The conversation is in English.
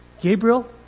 Gabriel